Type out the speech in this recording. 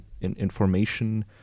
information